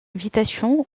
invitation